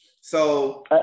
So-